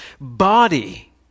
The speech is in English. body